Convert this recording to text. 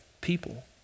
people